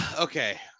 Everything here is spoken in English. Okay